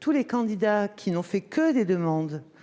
tous les candidats qui n'ont fait de demandes